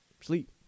sleep